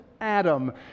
Adam